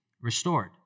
restored